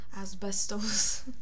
asbestos